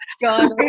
god